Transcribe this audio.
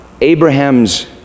Abraham's